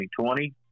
2020